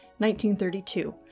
1932